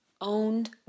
owned